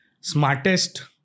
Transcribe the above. smartest